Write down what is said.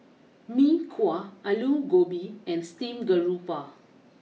Mee Kuah Aloo Gobi and Steamed Garoupa